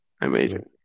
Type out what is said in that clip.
Amazing